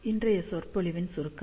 இன்றைய சொற்பொழிவின் சுருக்கம்